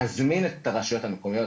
להזמין את הרשויות המקומיות.